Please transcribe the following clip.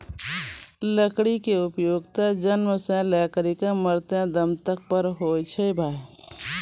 लकड़ी के उपयोग त जन्म सॅ लै करिकॅ मरते दम तक पर होय छै भाय